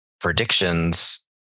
predictions